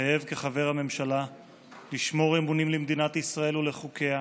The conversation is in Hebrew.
מתחייב כחבר הממשלה לשמור אמונים למדינת ישראל ולחוקיה,